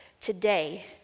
today